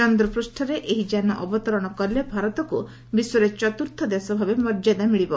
ଚନ୍ଦ୍ରପୃଷରେ ଏହି ଯାନ ଅବତରଣ କଲେ ଭାରତକୁ ବିଶ୍ୱରେ ଚତୁର୍ଥ ଦେଶ ଭାବେ ମର୍ଯ୍ୟାଦା ମିଳିବ